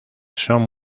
son